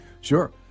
Sure